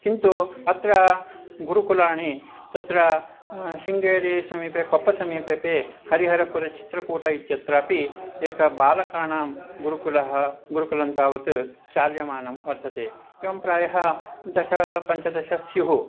किन्तु अत्र गुरुकुलाणि तत्र शृङ्गेरी समीपे कोप्पसमीपेपि हरिहरपुरचित्रकूट इत्यत्रापि एक बालकाणां गुरुकुलः गुरुकुलं तावत् चाल्यमानं वर्तते एवं प्रायः दश पञ्चदश स्युः